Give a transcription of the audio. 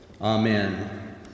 Amen